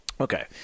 Okay